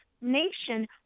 nation